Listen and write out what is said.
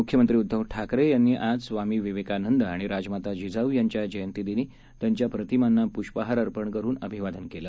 मुख्यमंत्री उद्दव ठाकरे यांनी आज स्वामी विवेकानंद आणि राजमाता जिजाऊ यांच्या जयंतीदिनी त्यांच्या प्रतिमांना पुष्पहार अर्पण करून अभिवादन केलं